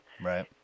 Right